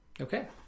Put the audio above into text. Okay